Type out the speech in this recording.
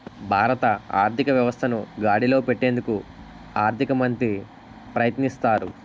భారత ఆర్థిక వ్యవస్థను గాడిలో పెట్టేందుకు ఆర్థిక మంత్రి ప్రయత్నిస్తారు